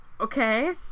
okay